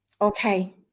Okay